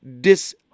dis